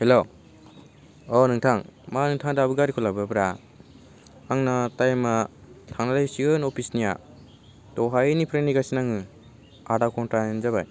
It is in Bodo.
हेलौ अ' नोंथां मा नोंथाङा दाबो गारिखौ लाबोयाब्रा आंना टाइमा थांलायसिगोन अफिसनिया दहायनिफ्रायनो नेगासिनो आङो आदा घन्टायानो जाबाय